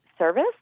service